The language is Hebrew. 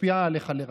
משפיעה עליך לרעה.